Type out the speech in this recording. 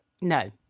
no